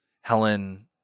Helen